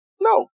No